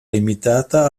limitata